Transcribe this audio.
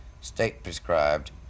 state-prescribed